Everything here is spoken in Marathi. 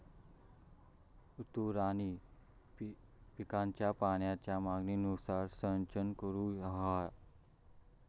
ऋतू आणि पिकांच्या पाण्याच्या मागणीनुसार सिंचन करूक व्हया